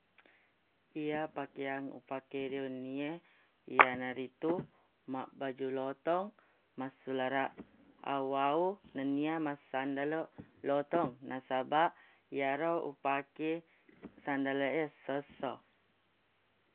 Iya pakeang upakede wenni e iyanaritu mabbaju lotong massularaq awu-awu nennia massandaleq lotong nasabaq iyaro upake sandaleq e esso-esso